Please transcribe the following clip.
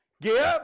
give